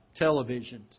televisions